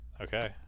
Okay